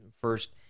first